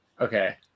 Okay